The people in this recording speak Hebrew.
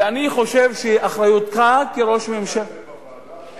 ואני חושב שאחריותך כראש ממשלה,